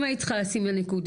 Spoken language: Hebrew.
אם היית צריכה לשים נקודה,